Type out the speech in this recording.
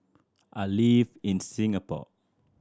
I live in Singapore